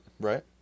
Right